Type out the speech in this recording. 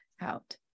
out